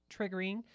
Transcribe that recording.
triggering